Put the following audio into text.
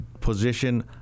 position